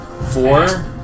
Four